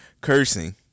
cursing